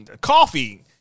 coffee